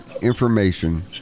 information